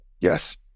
Yes